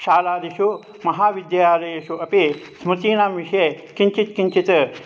शालादिषु महाविद्यालयेषु अपि स्मृतीनां विषये किञ्चित् किञ्चित्